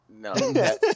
No